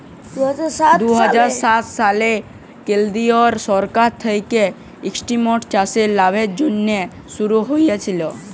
দু হাজার সাত সালে কেলদিরিয় সরকার থ্যাইকে ইস্কিমট চাষের লাভের জ্যনহে শুরু হইয়েছিল